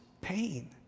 pain